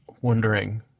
wondering